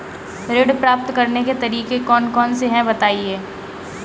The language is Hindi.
ऋण प्राप्त करने के तरीके कौन कौन से हैं बताएँ?